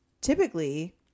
typically